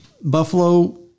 Buffalo